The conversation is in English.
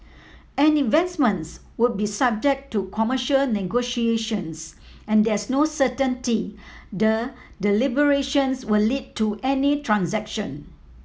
any investments would be subject to commercial negotiations and there's no certainty the deliberations will lead to any transaction